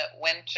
winter